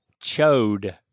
Chode